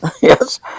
Yes